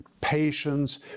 patience